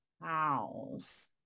house